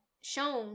shown